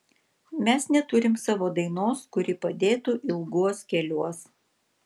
mes neturim savo dainos kuri padėtų ilguos keliuos